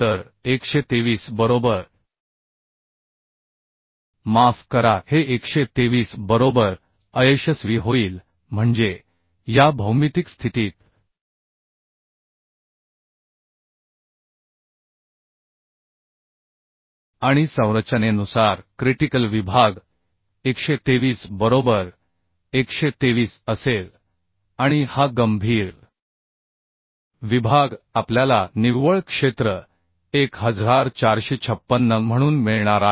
तर 123 बरोबर माफ करा हे 123 बरोबर अयशस्वी होईल म्हणजे या भौमितिक स्थितीत आणि संरचनेनुसार क्रिटिकल विभाग 123 बरोबर 123 असेल आणि हा गंभीर विभाग आपल्याला निव्वळ क्षेत्र 1456 म्हणून मिळणार आहे